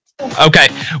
Okay